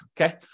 okay